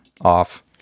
off